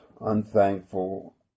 unthankful